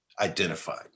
identified